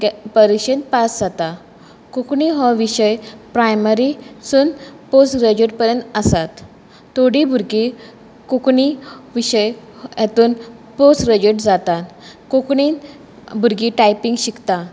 गे परिक्षेन पास जाता कोंकणी हो विशय प्रायमरी सून पोस्ट ग्रॅजुयेट पर्यन आसात थोडी भुरगीं कोंकणी विशय हेतून पोस्ट ग्रॅजुयेट जातात कोंकणीन भुरगीं टायपींग शिकता